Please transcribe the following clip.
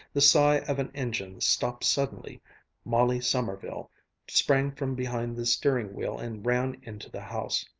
the sigh of an engine stopped suddenly molly sommerville sprang from behind the steering wheel and ran into the house.